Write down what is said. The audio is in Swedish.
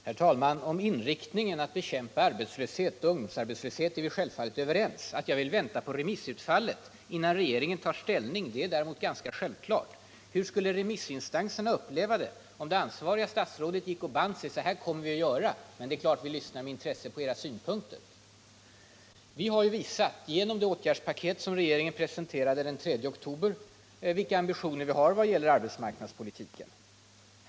Herr talman! Om inriktningen att bekämpa arbetslöshet och ungdomsarbetslöshet är vi självfallet överens. Att jag däremot vill vänta på remissutfallet innan regeringen tar ställning är också ganska självklart. Hur skulle det upplevas av remissinstanserna, om det ansvariga statsrådet först binder sig för hur man skall göra, men sedan säger att vi lyssnar självfallet med intresse på era synpunkter? Vi har genom det åtgärdspaket som regeringen presenterade den 3 oktober visat vilka ambitioner vi har när det gäller arbetsmarknadspolitiken.